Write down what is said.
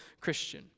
Christian